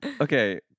Okay